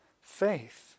faith